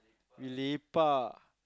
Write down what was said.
we lepak